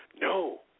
no